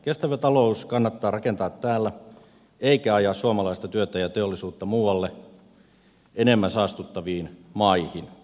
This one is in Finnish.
kestävä talous kannattaa rakentaa täällä eikä ajaa suomalaista työtä ja teollisuutta muualle enemmän saastuttaviin maihin